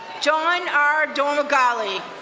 john r. dormagali,